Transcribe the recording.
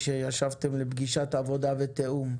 לפגישת עבודה ותיאום.